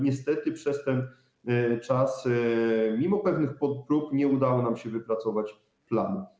Niestety przez ten czas, mimo pewnych prób nie udało nam się wypracować planu.